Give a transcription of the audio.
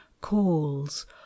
calls